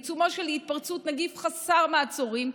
בעיצומה של התפרצות נגיף חסר מעצורים,